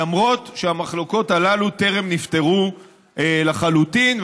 למרות שהמחלוקות הללו טרם נפתרו לחלוטין.